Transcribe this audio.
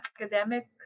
academic